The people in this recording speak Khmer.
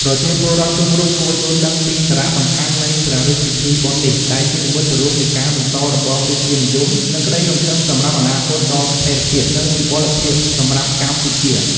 ប្រជាពលរដ្ឋ គ្រប់រូប គួរយល់ដឹង ពី សារៈសំខាន់ នៃ ព្រះរាជពិធីបុណ្យនេះ ដែលជានិមិត្តរូបនៃការបន្តរបបរាជានិយម និង ក្តីសង្ឃឹម សម្រាប់ អនាគតដ៏ស្ថេរភាព និង វិបុលភាព សម្រាប់កម្ពុជា។